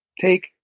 take